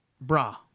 bra